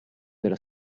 della